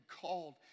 called